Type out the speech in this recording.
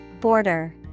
Border